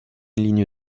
ligne